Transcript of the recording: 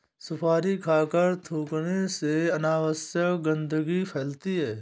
सुपारी खाकर थूखने से अनावश्यक गंदगी फैलती है